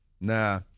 Nah